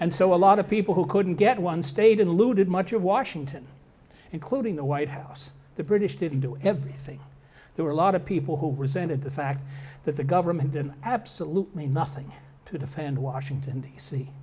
and so a lot of people who couldn't get one stayed and looted much of washington including the white house the british didn't do everything there were a lot of people who resented the fact that the government and absolutely nothing to defend washington d